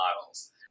models